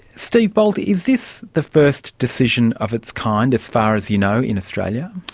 steve bolt, is this the first decision of its kind as far as you know in australia?